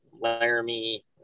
laramie